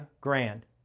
grand